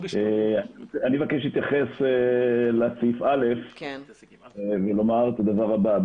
אני מבקש להתייחס לסעיף (א) ולומר את הדבר הבא,